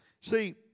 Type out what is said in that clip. See